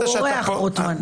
הוא אורח פה, רוטמן.